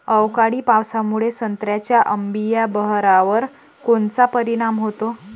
अवकाळी पावसामुळे संत्र्याच्या अंबीया बहारावर कोनचा परिणाम होतो?